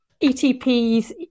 ETPs